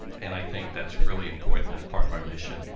and i think that's really important as part of our mission.